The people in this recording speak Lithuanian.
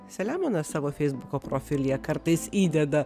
selemonas savo feisbuko profilyje kartais įdeda